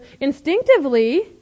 instinctively